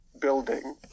building